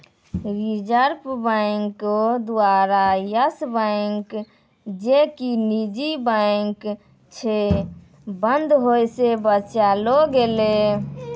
reserve बैंको द्वारा Yes Bank जे कि निजी बैंक छै, बंद होय से बचैलो गेलै